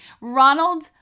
Ronald